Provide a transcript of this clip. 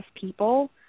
people